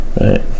right